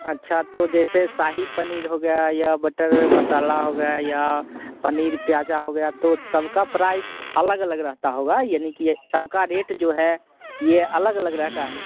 अच्छा तो जैसे शाही पनीर हो गया या बटर मसाला हो गया या पनीर प्याज़ा हो गया तो सब का प्राइस अलग अलग रहता होगा यानी कि सब का रेट जो है यह अलग अलग रहता है